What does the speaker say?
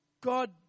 God